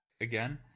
again